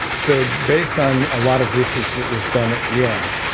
so based on a lot of research that was done at yale,